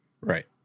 Right